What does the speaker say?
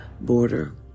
border